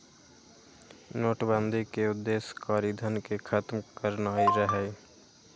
नोटबन्दि के उद्देश्य कारीधन के खत्म करनाइ रहै